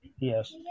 Yes